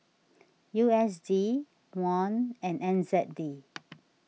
U S D Won and N Z D